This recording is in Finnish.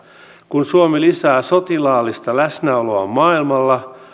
kun suomi lisää sotilaallista läsnäoloaan maailmalla